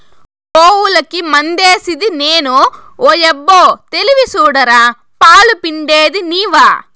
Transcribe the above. గోవులకి మందేసిది నేను ఓయబ్బో తెలివి సూడరా పాలు పిండేది నీవా